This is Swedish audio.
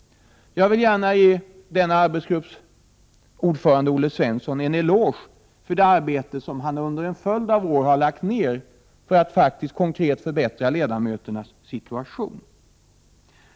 1988/89:46 ge denna arbetsgrupps ordförande Olle Svensson en eloge för det arbetesom 15 december 1988 han under en följd av år har lagt ner för att konkret förbättra ledamöternas Hag situation.